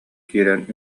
киирэн